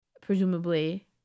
presumably